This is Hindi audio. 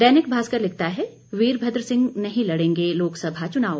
दैनिक भास्कर लिखता है वीरभद्र सिंह नहीं लड़ेंगे लोकसभा चुनाव